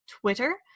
Twitter